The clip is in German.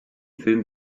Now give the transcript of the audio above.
film